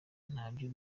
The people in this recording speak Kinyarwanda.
nabyo